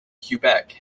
quebec